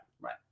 Right